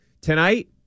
tonight